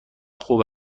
خوب